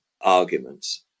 arguments